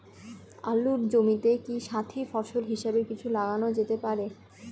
আলুর জমিতে কি সাথি ফসল হিসাবে কিছু লাগানো যেতে পারে?